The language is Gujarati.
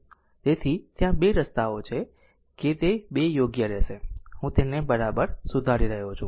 તેથી ત્યાં બે રસ્તાઓ છે કે તે 2 યોગ્ય રહેશે હું તેને બરાબર સુધારી રહ્યો છું